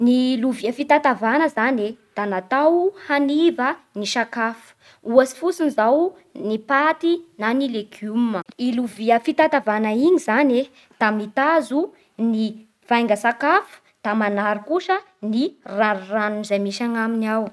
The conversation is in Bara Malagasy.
Ny lovia fitatavana zagne da natao hagniva gny sakafo, ohatasy fotsiny zao, ohatsy fotsiny zao gny paty na gny leguma. I lovia fitatavana iny zagne da mitazo ny vaiga-tsakafo, da manary koa gny ra-ranony zay misy agnaminy ao